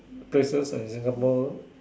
places in Singapore